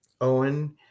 Owen